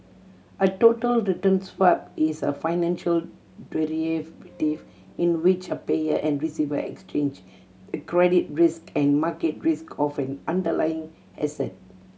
a total return swap is a financial in which a payer and receiver exchange the credit risk and market risk of an underlying asset